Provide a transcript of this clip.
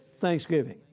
Thanksgiving